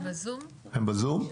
בבקשה.